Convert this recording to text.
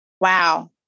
Wow